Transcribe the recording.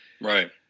Right